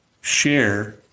share